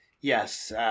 Yes